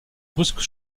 brusque